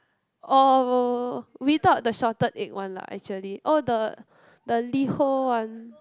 oh without the salted egg one lah actually oh the the Liho one